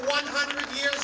one hundred years